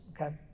Okay